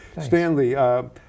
Stanley